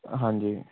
ਹਾਂਜੀ